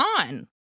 on